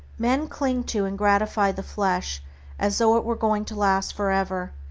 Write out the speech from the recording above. men cling to and gratify the flesh as though it were going to last for ever,